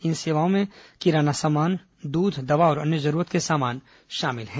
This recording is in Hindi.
इन सेवाओं में किराना सामान दूध दवा और अन्य जरूरत के सामान शामिल हैं